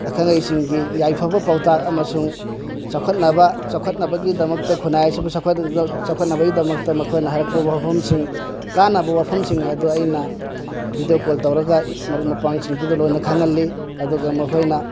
ꯑꯈꯪ ꯑꯍꯩꯁꯤꯡꯒꯤ ꯌꯥꯏꯐꯕ ꯄꯥꯎꯇꯥꯛ ꯑꯃꯁꯨꯡ ꯆꯥꯎꯈꯠꯅꯕ ꯆꯥꯎꯈꯠꯅꯕꯒꯤꯗꯃꯛꯇ ꯈꯨꯟꯅꯥꯏ ꯑꯁꯤꯕꯨ ꯆꯥꯎꯈꯠꯅꯕꯒꯤꯗꯃꯛꯇ ꯃꯈꯣꯏꯅ ꯍꯥꯏꯔꯛꯄ ꯋꯥꯐꯝꯁꯤꯡ ꯀꯥꯟꯅꯕ ꯋꯥꯐꯝꯁꯤꯡ ꯑꯗꯣ ꯑꯩꯅ ꯕꯤꯗꯤꯑꯣ ꯀꯣꯜ ꯇꯧꯔꯒ ꯑꯩꯅ ꯃꯔꯨꯞ ꯃꯄꯥꯡꯁꯤꯡꯗꯨꯗ ꯂꯣꯏꯅ ꯈꯪꯍꯜꯂꯤ ꯑꯗꯨꯒ ꯃꯈꯣꯏꯅ